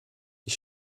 ich